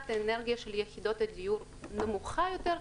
האנרגיה של יחידות הדיור נמוכה יותר,